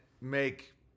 make